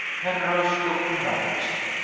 penrose looked embarrassed.